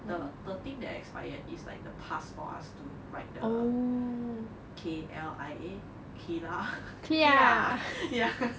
the the thing that expired is like the pass for us to ride the K_L_I_A KLIA KLIA ya